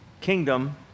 kingdom